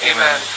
Amen